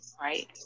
right